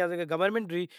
وگیرا ایوی دعوت امیں کراں سیئاں۔